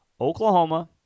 Oklahoma